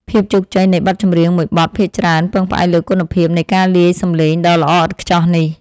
ភាពជោគជ័យនៃបទចម្រៀងមួយបទភាគច្រើនពឹងផ្អែកលើគុណភាពនៃការលាយសំឡេងដ៏ល្អឥតខ្ចោះនេះ។